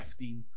15